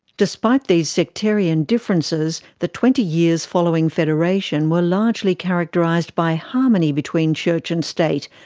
despite these sectarian differences, the twenty years following federation were largely characterised by harmony between church and state,